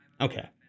Okay